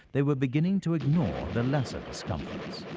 they were beginning to ignore the lesser discomforts.